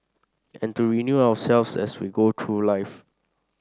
and to renew ourselves as we go through life